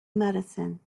medicine